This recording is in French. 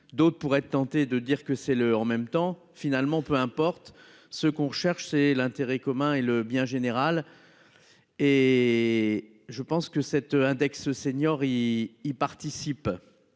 d'autres pourraient être tentés de dire que c'est le en même temps finalement, peu importe ce qu'on cherche c'est l'intérêt commun et le bien général. Et je pense que cet index seniors il y participent.